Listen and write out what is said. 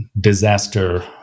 disaster